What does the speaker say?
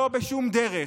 לא בשום דרך,